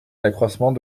l’accroissement